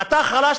אתה חלש,